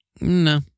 No